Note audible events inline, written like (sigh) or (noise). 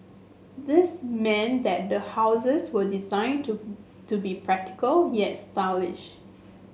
this meant that the houses were designed to (unintelligible) to be practical yet stylish